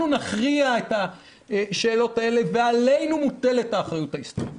נכריע את השאלות האלה ועלינו מוטלת האחריות ההיסטורית.